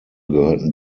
gehörten